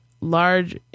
large